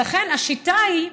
ולכן השיטה היא,